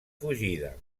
fugida